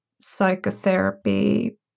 psychotherapy